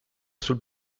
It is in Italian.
sul